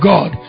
God